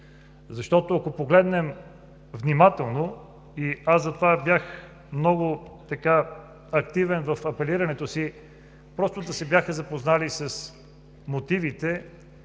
Защото ако погледнем внимателно – затова бях много активен в апелирането си, просто да се бяха запознали с мотивите